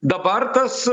dabar tas